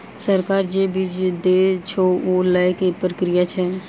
सरकार जे बीज देय छै ओ लय केँ की प्रक्रिया छै?